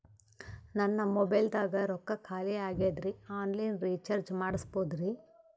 ನನ್ನ ಮೊಬೈಲದಾಗ ರೊಕ್ಕ ಖಾಲಿ ಆಗ್ಯದ್ರಿ ಆನ್ ಲೈನ್ ರೀಚಾರ್ಜ್ ಮಾಡಸ್ಬೋದ್ರಿ?